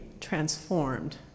transformed